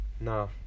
No